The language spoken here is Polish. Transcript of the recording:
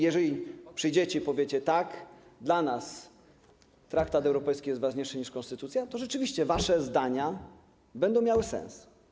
Jeżeli przyjdziecie i powiecie tak: dla nas traktat europejski jest ważniejszy niż konstytucja, to rzeczywiście wasze zdania będą miały sens.